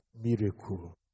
miracle